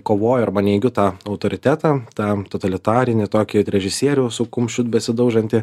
kovoju arba neigiu tą autoritetą tą totalitarinį tokį režisieriaus su kumščiu besidaužantį